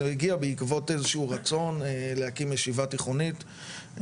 הגיע בעקבות איזה שהוא רצון להקים ישיבה תיכונית,